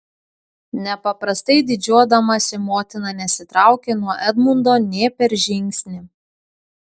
nepaprastai didžiuodamasi motina nesitraukė nuo edmundo nė per žingsnį